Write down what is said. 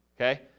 okay